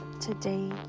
today